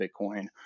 Bitcoin